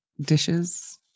Dishes